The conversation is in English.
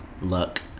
look